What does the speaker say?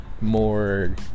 more